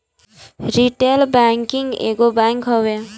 retail banking एगो bank हवे